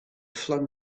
flung